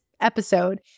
episode